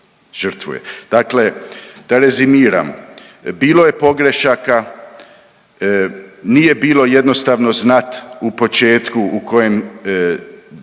Dakle, da rezimiram. Bilo je pogrešaka, nije bilo jednostavno znat u početku u kojem